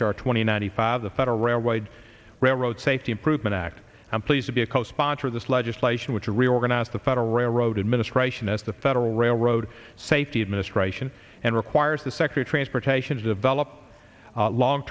r twenty ninety five the federal railroad railroad safety improvement act i'm pleased to be a co sponsor of this legislation which reorganize the federal railroad administration as the federal railroad safety administration and requires the sector transportation to develop a long